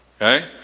Okay